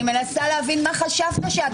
לא, אני מנסה להבין מה חשבת שהתפקיד שלה.